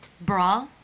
bra